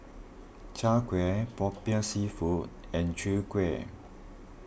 Chai Kuih Popiah Seafood and Chwee Kueh